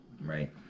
right